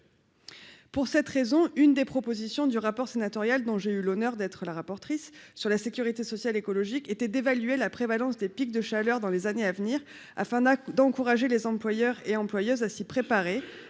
pour cette raison, une des propositions du rapport sénatorial dont j'ai eu l'honneur d'être le rapport triste sur la sécurité sociale, écologique était d'évaluer la prévalence des pics de chaleur dans les années à venir, afin d'acc d'encourager les employeurs et employeuses à y préparer